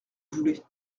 voulez